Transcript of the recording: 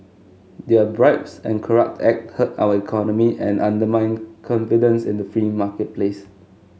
their bribes and corrupt act hurt our economy and undermine confidence in the free marketplace